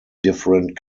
different